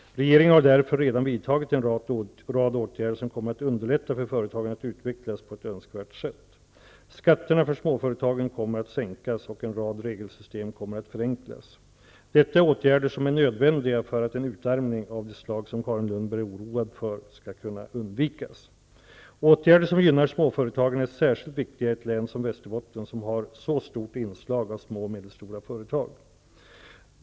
Regeringen har därför redan vidtagit en rad åtgärder som kommer att underlätta för företagen att utvecklas på ett önskvärt sätt. Skatterna för småföretagen kommer att sänkas och en rad regelsystem kommer att förenklas. Detta är åtgärder som är nödvändiga för att en utarmning av det slag som Carin Lundberg är oroad för skall kunna undvikas. Åtgärder som gynnar småföretagen är särskilt viktiga i ett län som Västerbotten som har så stort inslag av små och medelstora företag.